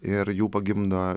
ir jų pagimdo